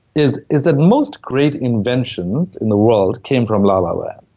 is is that most great inventions in the world came from la-la land,